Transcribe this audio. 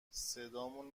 صدامون